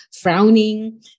frowning